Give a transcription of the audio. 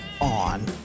on